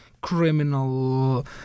criminal